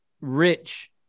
Rich